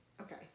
okay